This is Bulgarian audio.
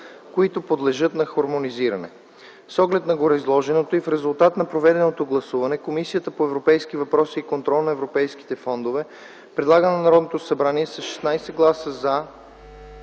които подлежат на хармонизиране. С оглед на гореизложеното и в резултат на проведеното гласуване, Комисията по европейските въпроси и контрол на европейските фондове предлага на Народното събрание със 16 гласа „за”,